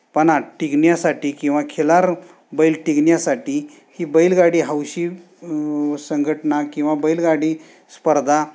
पणा टिकण्यासाठी किंवा खिलार बैल टिकण्यासाठी ही बैलगाडी हौशी संघटना किंवा बैलगाडी स्पर्धा